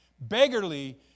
beggarly